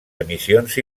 emissions